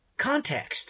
context